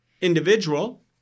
individual